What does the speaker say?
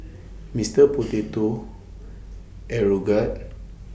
Mister Potato Aeroguard